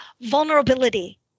vulnerability